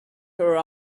her